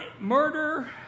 murder